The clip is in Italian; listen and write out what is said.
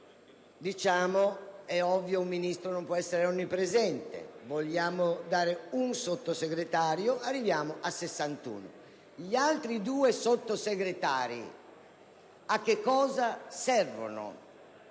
Ministro. È ovvio che un Ministro non può essere onnipresente: vogliamo dunque concedere un Sottosegretario? Arriviamo a 61. Gli altri due Sottosegretari a che cosa servono?